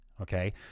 okay